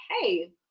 hey